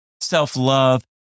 self-love